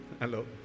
Hello